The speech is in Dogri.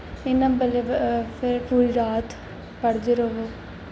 इ'यां फिर पूरी रात पढ़दे र'वो